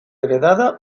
heredada